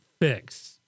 fix